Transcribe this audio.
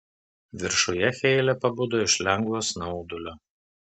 viršuje heile pabudo iš lengvo snaudulio